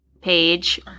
page